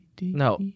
No